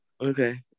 Okay